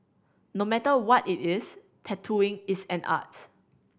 no matter what it is tattooing is an art